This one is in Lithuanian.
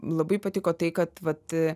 labai patiko tai kad vat